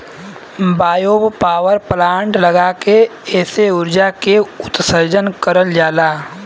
biogas power plant लगा के एसे उर्जा के उत्सर्जन करल जाला